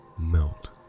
melt